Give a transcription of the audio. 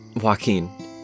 Joaquin